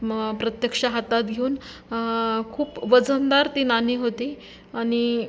मग प्रत्यक्ष हातात घेऊन खूप वजनदार ती नाणी होती आणि